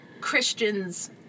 Christians